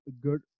good